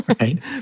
right